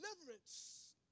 deliverance